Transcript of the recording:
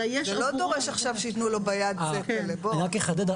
זה לא דורש עכשיו שייתנו לו ביד --- אני רק אחדד.